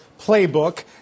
playbook